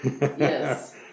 Yes